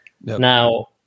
Now